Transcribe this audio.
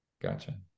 Gotcha